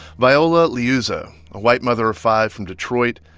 viola liuzzo, a white mother of five from detroit,